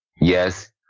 yes